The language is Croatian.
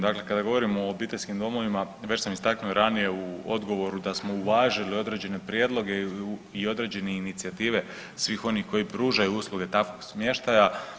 Dakle, kada govorimo o obiteljskim domovima već sam istaknuo i ranije u odgovoru da smo uvažili određene prijedloge i određene inicijative svih onih koji pružaju usluge takvog smještaja.